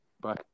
Bye